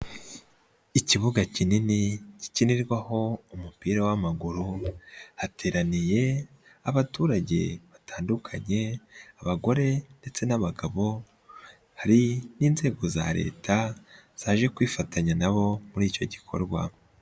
Ikibuga kinini gikinirwaho umupira w'amaguru hateraniye abaturage batandukanye abagore ndetse n'abagabo hari n'inzego za Leta zaje kwifatanya na bo muri icyo gikorwa.